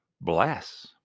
Bless